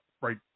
right